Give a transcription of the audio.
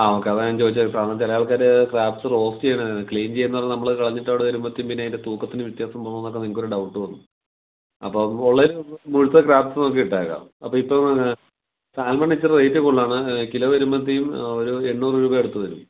ആ ഒക്കെ അതാണ് ഞാൻ ചോദിച്ചത് കാരണം ചില ആൾക്കാർ ക്രാബ്സ് റോസ്റ്റ് ചെയ്യും ക്ലീൻ ചെയ്യുന്നത് നമ്മൾ കളഞ്ഞിട്ടവിടെ വരുമ്പം പിന്നെ ഇത് തൂക്കത്തിന് വ്യത്യാസം തോന്നുന്നൊക്കെ നിങ്ങൾക്കൊരു ഡൗട്ട് തോന്നും അപ്പം ഉള്ളതിൽ മുഴുത്ത ക്രാബ്സ് നോക്കി ഇട്ടേക്കാം അപ്പം ഇപ്പം സാൽമണ് ഇച്ചിരി റേറ്റ് കൂടുതലാണ് കിലോ വരുമ്പോഴ്ത്തേക്കും ഒരു എണ്ണൂറ് രൂപ അടുത്ത് വരും